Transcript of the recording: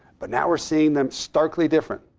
but now we're seeing them starkly different.